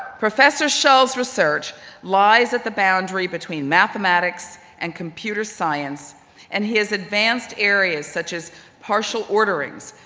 professor shull's research lies at the boundary between mathematics and computer science and he has advanced areas such as partial orderings,